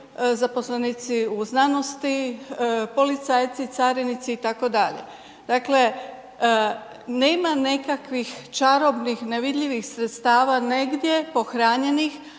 zaposlenici u znanosti, policajci, carinici itd. Dakle, nema nekakvih čarobnih nevidljivih sredstava negdje pohranjenih,